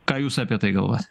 ką jūs apie tai galvojat